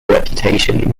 reputation